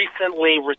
recently